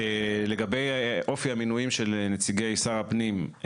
לגבי אופי המנויים של נציגי שר הפנים,